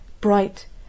bright